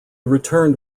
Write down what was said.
returned